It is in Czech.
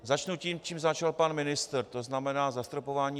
Začnu tím, čím začal pan ministr, to znamená zastropování RPSN.